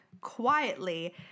quietly